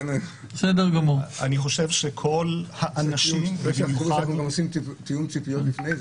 שלא יחשבו שאנחנו גם עושים תיאום ציפיות לפני זה.